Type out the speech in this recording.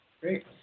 Great